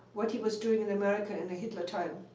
what he was doing in america in the hitler time.